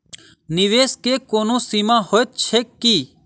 निवेश केँ कोनो सीमा होइत छैक की?